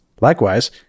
Likewise